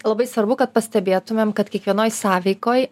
labai svarbu kad pastebėtumėm kad kiekvienoj sąveikoj